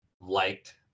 liked